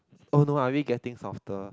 oh no I already getting softer